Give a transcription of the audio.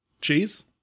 Cheese